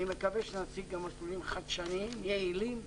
אני מקווה שנציג גם מסלולים חדשניים ויעילים,